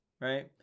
right